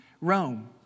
Rome